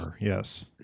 Yes